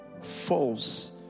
false